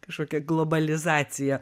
kažkokia globalizacija